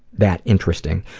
that interesting.